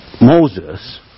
Moses